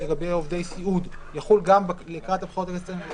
עובדי סיעוד יחול גם לקראת הבחירות לכנסת העשרים-וארבע,